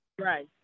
Right